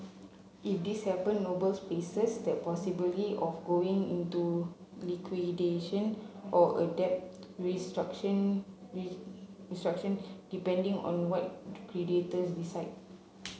if this happen Noble's faces the possibility of going into liquidation or a debt restructuring restructuring depending on what creditors decide